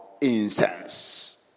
incense